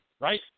right